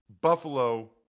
Buffalo